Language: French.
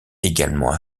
également